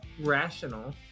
rational